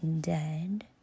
Dead